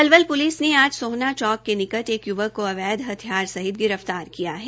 Palwal police ने आज सोहना चौक के निकट एक युवका को अवैध हथियार सहित गिरफ्तार किया है